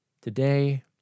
Today